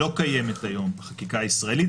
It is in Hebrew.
לא קיימת היום בחקיקה הישראלית.